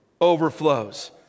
overflows